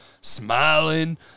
smiling